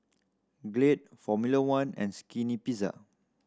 Glade Formula One and Skinny Pizza